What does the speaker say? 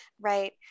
right